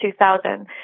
2000